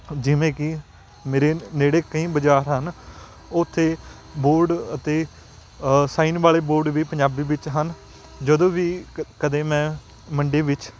ਜਿਵੇਂ ਕਿ ਮੇਰੇ ਨੇੜੇ ਕਈ ਬਜ਼ਾਰ ਹਨ ਉੱਥੇ ਬੋਰਡ ਅਤੇ ਸਾਈਨ ਵਾਲੇ ਬੋਰਡ ਵੀ ਪੰਜਾਬੀ ਵਿੱਚ ਹਨ ਜਦੋਂ ਵੀ ਕਦੇ ਮੈਂ ਮੰਡੀ ਵਿੱਚ